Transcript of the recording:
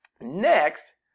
Next